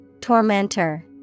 Tormentor